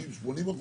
80%,